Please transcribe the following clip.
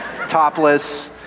topless